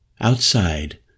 Outside